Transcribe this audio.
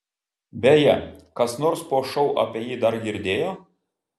beje kas nors po šou apie jį dar girdėjo